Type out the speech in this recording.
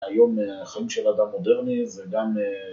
היום החיים של אדם מודרני זה גם